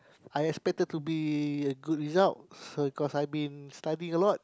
I expected to be a good result cause I been studied a lot